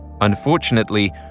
Unfortunately